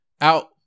out